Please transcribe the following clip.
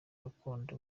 gakondo